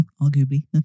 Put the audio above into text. arguably